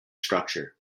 structure